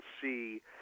see